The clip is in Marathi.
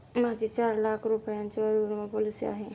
माझी चार लाख रुपयांची आयुर्विमा पॉलिसी आहे